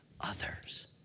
others